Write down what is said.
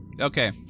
Okay